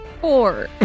Four